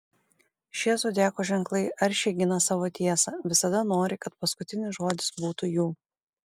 šie zodiako ženklai aršiai gina savo tiesą visada nori kad paskutinis žodis būtų jų